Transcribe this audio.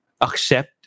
accept